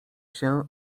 się